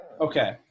Okay